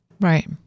Right